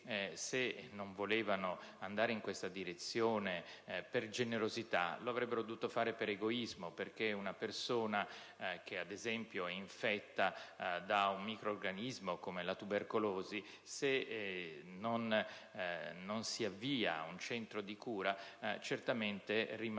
se non volevano andare in questa direzione per generosità, lo avrebbero dovuto fare per egoismo, perché una persona che, ad esempio, è infetta da un microrganismo, come quello che provoca la tubercolosi, se non si avvia a un centro di cura certamente rimarrà